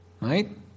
Right